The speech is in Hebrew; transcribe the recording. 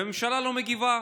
והממשלה לא מגיבה.